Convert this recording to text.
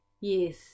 yes